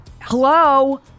Hello